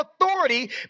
authority